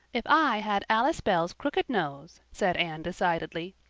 if i had alice bell's crooked nose, said anne decidedly,